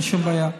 אין שום בעיה.